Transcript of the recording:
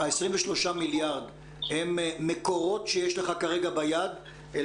ה-23 מיליארד הם מקורות שיש לך כרגע ביד אל